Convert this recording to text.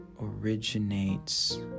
originates